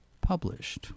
published